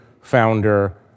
founder